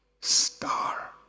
star